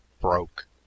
broke